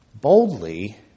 boldly